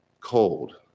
cold